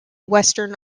western